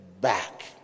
back